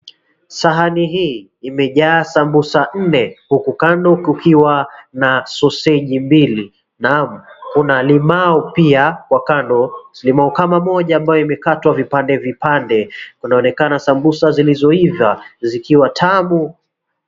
Sahani hii imejaa samosa nne huku kando kukiwa na soseji mbili. Naam kuna limau pia kwa kando limau kama moja imekatwa vipande vipande kunaonekana sambusa zilizoiva zikiwa tamu.